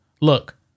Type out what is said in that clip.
look